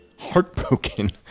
heartbroken